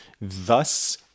thus